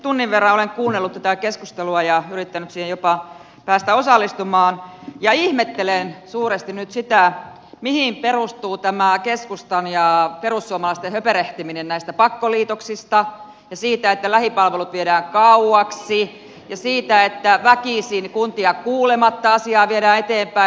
tunnin verran olen kuunnellut tätä keskustelua ja yrittänyt siihen jopa päästä osallistumaan ja ihmettelen suuresti nyt sitä mihin perustuu tämä keskustan ja perussuomalaisten höperehtiminen näistä pakkoliitoksista ja siitä että lähipalvelut viedään kauaksi ja siitä että väkisin kuntia kuulematta asiaa viedään eteenpäin